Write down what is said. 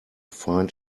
find